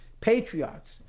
patriarchs